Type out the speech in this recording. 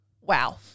wow